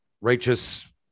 Righteous